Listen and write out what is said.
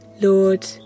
Lord